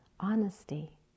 honesty